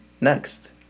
next